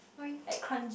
!oi!